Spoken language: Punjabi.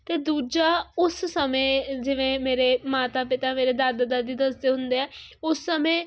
ਅਤੇ ਦੂਜਾ ਉਸ ਸਮੇਂ ਜਿਵੇਂ ਮੇਰੇ ਮਾਤਾ ਪਿਤਾ ਮੇਰੇ ਦਾਦਾ ਦਾਦੀ ਦੱਸਦੇ ਹੁੰਦੇ ਆ ਉਸ ਸਮੇਂ